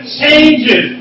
changes